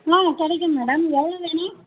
ஆ கிடைக்கும் மேடம் எவ்வளோ வேணும்